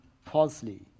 falsely